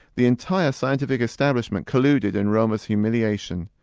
the entire scientific establishment colluded in romer's humiliation.